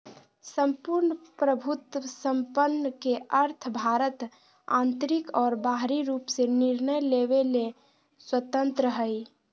सम्पूर्ण प्रभुत्वसम्पन् के अर्थ भारत आन्तरिक और बाहरी रूप से निर्णय लेवे ले स्वतन्त्रत हइ